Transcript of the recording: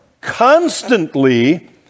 constantly